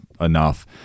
enough